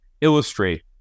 illustrate